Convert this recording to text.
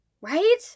Right